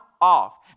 off